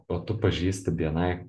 o tu pažįsti bni